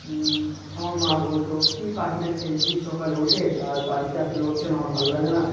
আমার মা বলত কী পাখিদের খেতে দিস সকালে উঠে আর বাড়িতে এত লোকজন আমার ভালো লাগে না